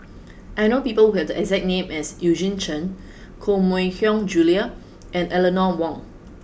I know people who have the exact name as Eugene Chen Koh Mui Hiang Julie and Eleanor Wong